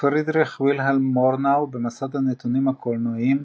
פרידריך וילהלם מורנאו, במסד הנתונים הקולנועיים